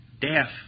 deaf